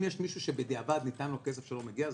אם יש מישהו שבדיעבד ניתן לו כסף שלא מגיע,